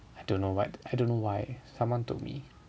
I don't know why I don't know why someone told me